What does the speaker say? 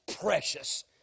precious